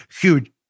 Huge